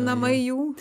namai jų